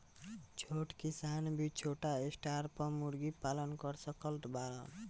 छोट किसान भी छोटा स्टार पर मुर्गी पालन कर रहल बाड़न